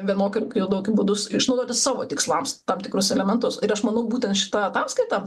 vienok ir tokiu būdus išnaudoti savo tikslams tam tikrus elementus ir aš manau būtent šita ataskaita